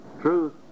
Truth